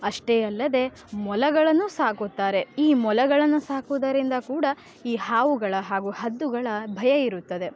ಅಷ್ಟೇ ಅಲ್ಲದೆ ಮೊಲಗಳನ್ನೂ ಸಾಕುತ್ತಾರೆ ಈ ಮೊಲಗಳನ್ನು ಸಾಕುವುದರಿಂದ ಕೂಡ ಈ ಹಾವುಗಳ ಹಾಗೂ ಹದ್ದುಗಳ ಭಯ ಇರುತ್ತದೆ